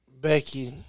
Becky